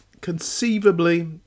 conceivably